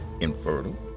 infertile